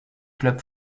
club